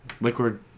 Liquid